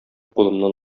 кулымнан